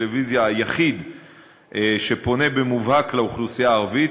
הטלוויזיה היחיד שפונה במובהק לאוכלוסייה הערבית,